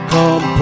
Come